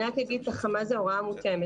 אני רק אגיד מה זה הוראה מותאמת.